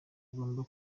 agomba